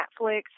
Netflix